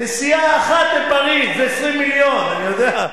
נסיעה אחת לפריס, 20 מיליון, אני יודע.